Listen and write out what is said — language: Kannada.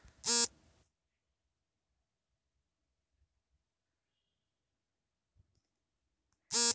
ಆಲೂಗೆಡ್ಡೆ ದಕ್ಷಿಣ ಅಮೆರಿಕದ ತರಕಾರಿ ಬೆಳೆಯಾಗಿದ್ದು ಪ್ರಪಂಚದಲ್ಲಿ ಈಗ ಪ್ರಪಂಚದೆಲ್ಲೆಡೆ ಬೆಳಿತರೆ